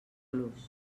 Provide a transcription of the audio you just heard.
los